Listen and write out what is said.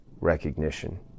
recognition